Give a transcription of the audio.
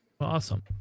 awesome